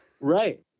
Right